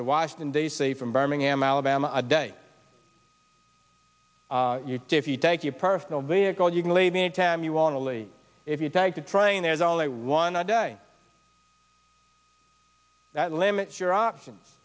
to washington d c from birmingham alabama a day if you take your personal vehicle you can leave any time you want to leave if you take the train there's only one a day that limits your options